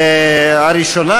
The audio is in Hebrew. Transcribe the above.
הראשונה,